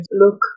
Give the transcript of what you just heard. look